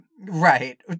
right